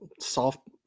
soft